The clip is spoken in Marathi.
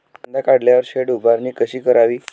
कांदा काढल्यावर शेड उभारणी कशी करावी?